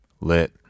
Lit